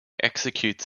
executes